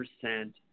percent